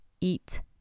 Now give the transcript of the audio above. eat